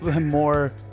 more